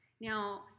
Now